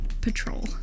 patrol